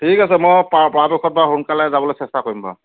ঠিক আছে মই পৰাপক্ষত বাৰু সোনকালে যাবলৈ চেষ্টা কৰিম বাৰু